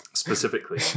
Specifically